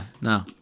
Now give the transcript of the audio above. no